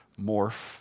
morph